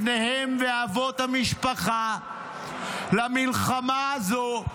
בניהם ואבות המשפחה למלחמה הזאת,